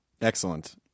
Excellent